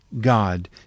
God